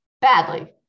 badly